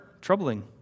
troubling